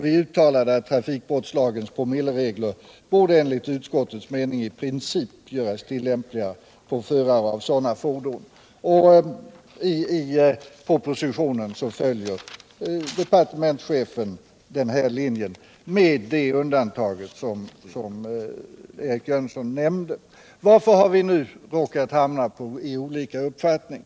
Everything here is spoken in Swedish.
Vi uttalade att trafikbrottslagens promillegränser i princip borde göras tillämpliga på förare av sådana fordon. I propositionen följer departementschefen den linjen — med det undantag som Eric Jönsson nämnde. Varför har vi nu råkat hamna i olika uppfattningar?